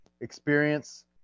experience